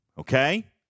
Okay